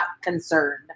concerned